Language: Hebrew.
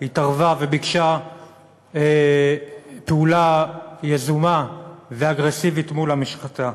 התערבה וביקשה פעולה יזומה ואגרסיבית מול המשחטה.